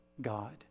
God